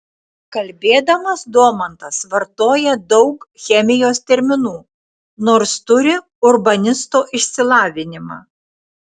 kalbėdamas domantas vartoja daug chemijos terminų nors turi urbanisto išsilavinimą